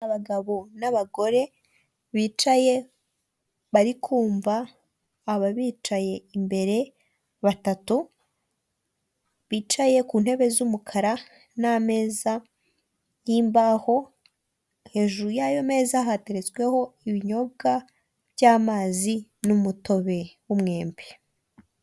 Abagabo n'abagore bicaye barikumva aba bicaye imbere batatu bicaye ku ntebe z'umukara n'ameza y'imbaho, hejuru y'ayo meza hateretsweho ibinyobwa by'amazi n'umutobe w'umyembe.